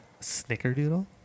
Snickerdoodle